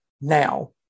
now